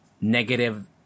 negative